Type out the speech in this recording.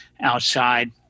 outside